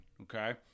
okay